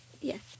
Yes